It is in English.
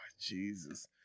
Jesus